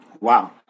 Wow